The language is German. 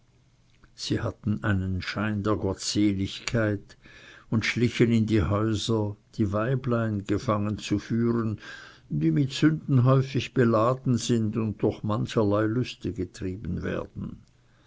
sie hatten einen schein der gottseligkeit und schlichen in die häuser die weiblein gefangen zu führen die mit sünden häufig beladen sind und durch mancherlei lüste getrieben werden